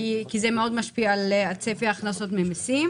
כי זה משפיע על צפי ההכנסות ממיסים.